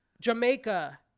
Jamaica